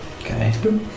Okay